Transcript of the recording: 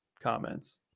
comments